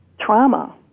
trauma